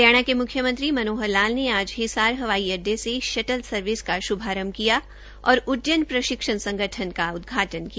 हरियाणा के मुख्यमंत्री मनोहर लाल ने आज हिसार हवाई अड्डे से एक शटल सर्विस का शुभारंभ किया और उड्डयन प्रशिक्षण संगठन का उदघाटन किया